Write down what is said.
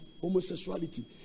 homosexuality